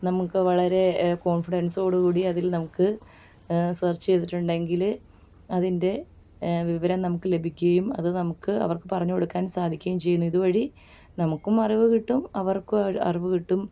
നമുക്ക് വളരെ കോൺഫിഡൻസോടുകൂടി അതിൽ നമുക്ക് സെർച്ച് ചെയ്തിട്ടുണ്ടെങ്കിൽ അതിൻ്റെ വിവരം നമുക്ക് ലഭിക്കുകയും അത് നമുക്ക് അവർക്ക് പറഞ്ഞു കൊടുക്കാൻ സാധിക്കുകയും ചെയ്യുന്നു ഇതുവഴി നമുക്കും അറിവ് കിട്ടും അവർക്കും അറിവ് കിട്ടും